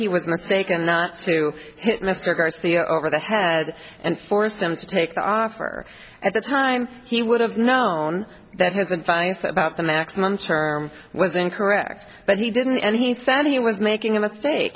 he was mistaken to hit mr garcia over the head and forced him to take the offer at the time he would have known that his the finest about the maximum term was incorrect but he didn't and he said he was making a mistake